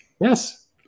Yes